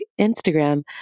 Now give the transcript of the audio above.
Instagram